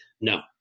no